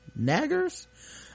naggers